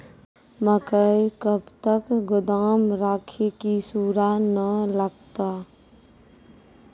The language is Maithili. मकई कब तक गोदाम राखि की सूड़ा न लगता?